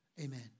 Amen